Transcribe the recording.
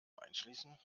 einschließen